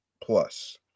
Plus